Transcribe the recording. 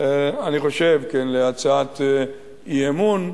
על הצעת אי-אמון,